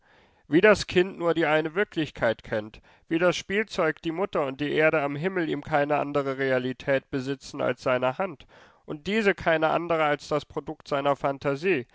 wie das kind nur die eine wirklichkeit kennt wie das spielzeug die mutter und die erde am himmel ihm keine andre realität besitzen als seine hand und diese keine andere als das produkt seiner phantasie